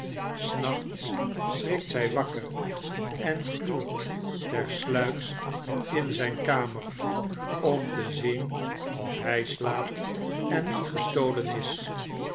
s nachts schrikt zij wakker en gluurt tersluiks in zijn kamer om te zien of hij slaapt en niet gestolen is